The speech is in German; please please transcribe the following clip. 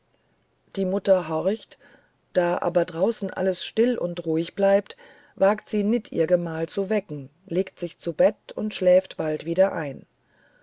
die mutter horcht da aber draußen alles still und ruhig bleibt wagt sy nit jr gemahl zu wecken legt sich zu bett und schläft bald wieder ein